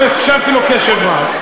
אני הקשבתי לו קשב רב,